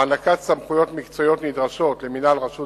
הענקת סמכויות מקצועיות נדרשות למנהל רשות